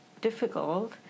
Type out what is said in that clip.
difficult